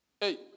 Hey